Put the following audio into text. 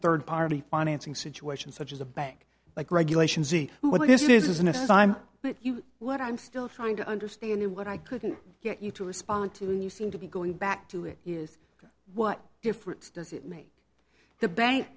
third party financing situation such as a bank like regulations e what this is an assignment but what i'm still trying to understand what i couldn't get you to respond to and you seem to be going back to it is what difference does it make the bank